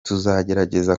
tuzagerageza